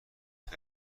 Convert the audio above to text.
خرت